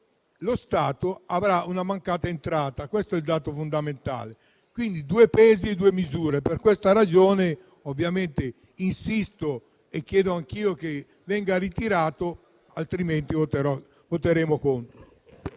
lo Stato avrà una mancata entrata: questo è il dato fondamentale. Si adottano due pesi e due misure. Per questa ragione, insisto anch'io che venga ritirato, altrimenti voteremo contro.